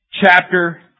chapter